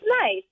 nice